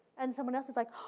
and someone else is like,